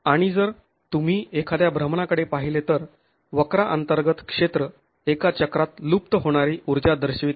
आणि जर तुम्ही एखाद्या भ्रमणाकडे पाहिले तर वक्रा अंतर्गत क्षेत्र एका चक्रात लुप्त होणारी ऊर्जा दर्शवित आहे